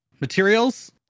materials